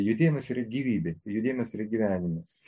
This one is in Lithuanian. judėjimas yra gyvybė judėjimas yra gyvenimas